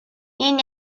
این